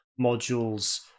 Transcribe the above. modules